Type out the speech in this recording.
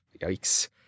Yikes